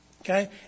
Okay